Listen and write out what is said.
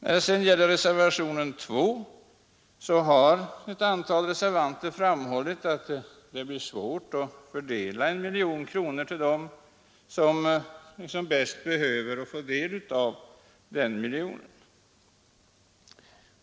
När det sedan gäller reservationen 2 har ett antal reservanter framhållit att det blir svårt att fördela 1 miljon kronor till dem som bäst behöver få del av den miljonen.